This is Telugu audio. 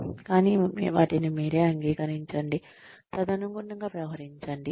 కానీ వాటిని మీరే అంగీకరించండి తదనుగుణంగా వ్యవహరించండి